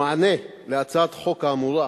במענה על הצעת החוק האמורה,